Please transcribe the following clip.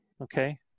okay